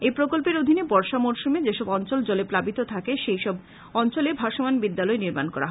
এই প্রকল্পের অধীনে বর্ষা মরশুমে যেসব অঞ্চল জলে প্লাবিত থাকে সেই সব অঞ্চলে ভাসমান বিদ্যালয় নির্মান করা হয়